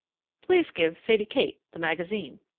please give sadie kate the magazine.